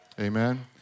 Amen